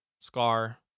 Scar